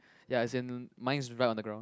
ya as in my is right on the ground